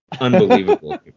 unbelievable